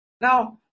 Now